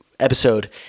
episode